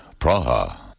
Praha